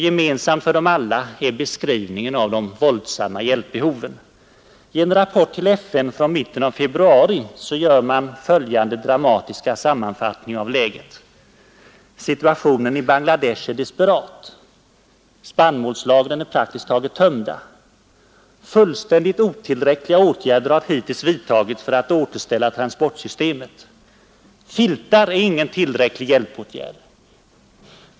Gemensamt för dem alla är beskrivningen av det våldsamt stora hjälpbehovet. I en rapport till FN från mitten av februari gör man följande dramatiska sammanfattning av läget: ”Situationen i Bangladesh är desperat. Spannmålslagren är praktiskt taget tömda. Fullständigt otillräckliga åtgärder har hittills vidtagits för att återställa transportsystemet. Filtar är ingen tillräcklig hjälpåtgärd.